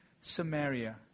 Samaria